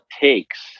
takes